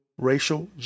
racial